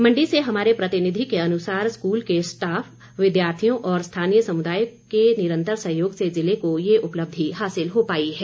मण्डी से हमारे प्रतिनिधि के अनुसार स्कूल के स्टाफ विद्यार्थियों और स्थानीय समुदाय के निरंतर सहयोग से ज़िले को ये उपलब्धि हासिल हो पाई है